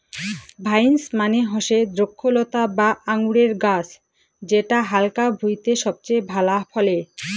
vines মানে হসে দ্রক্ষলতা বা আঙুরের গাছ যেটা হালকা ভুঁইতে সবচেয়ে ভালা ফলে